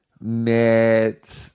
met